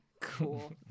Cool